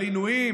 על עינויים,